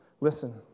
Listen